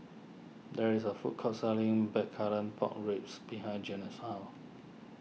there is a food court selling Blackcurrant Pork Ribs behind Jena's house